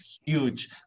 huge